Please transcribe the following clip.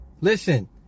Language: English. Listen